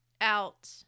out